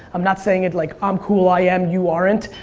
i'm not saying it like i'm cool i am, you aren't.